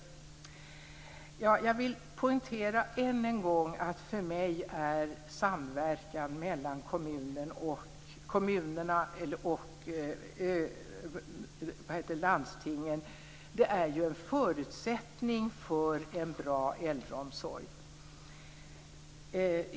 Jag vill än en gång poängtera att för mig är samverkan mellan kommunerna och landstingen en förutsättning för en bra äldreomsorg.